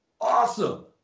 awesome